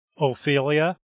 Ophelia